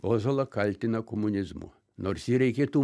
ozolą kaltina komunizmu nors jį reikėtų